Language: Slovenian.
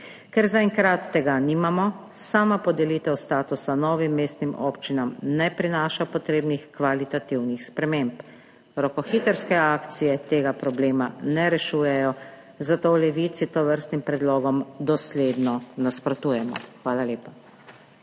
Ker zaenkrat tega nimamo, podelitev statusa novim mestnim občinam ne prinaša potrebnih kvalitativnih sprememb. Rokohitrske akcije tega problema ne rešujejo, zato v Levici tovrstnim predlogom dosledno nasprotujemo. Hvala lepa.